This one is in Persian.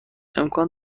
امکان